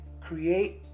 create